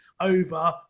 over